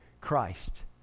Christ